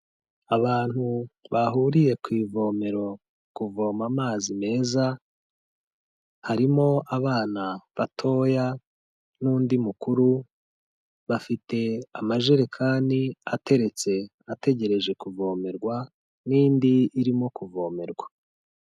Abantu bahuriye ku ivomero kuvoma amazi meza harimo abana batoya n'undi mukuru, bafite amajerekani ateretse ategereje kuvomerwa n'indi irimo kuvomerwa.